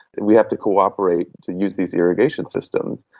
and we have to cooperate to use these irrigation systems.